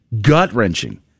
gut-wrenching